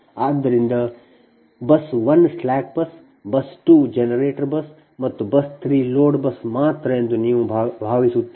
ಆದ್ದರಿಂದ bus 1 slack bus bus 2 generator bus ಮತ್ತು bus 3 load bus ಮಾತ್ರ ಎಂದು ನೀವು ಭಾವಿಸುತ್ತೀರಿ